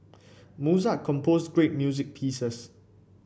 Mozart composed great music pieces